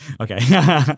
Okay